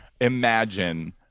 imagine